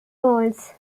whorls